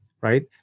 right